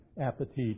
appetite